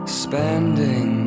spending